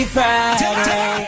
Friday